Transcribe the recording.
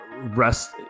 Rest